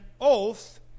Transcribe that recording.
oath